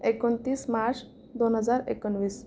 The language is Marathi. एकोणतीस मार्च दोन हजार एकोणीस